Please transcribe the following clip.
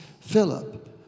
Philip